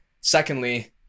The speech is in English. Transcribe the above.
secondly